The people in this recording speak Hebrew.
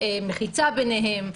מחיצה ביניהם,